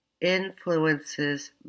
influences